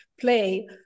play